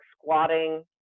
squatting